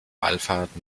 wallfahrt